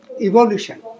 evolution